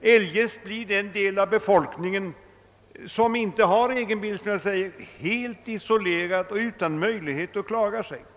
eljest blir den del av befolkningen som inte har egen bil, som jag sade, helt isolerad och utan möjligheter att klara sig.